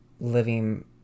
living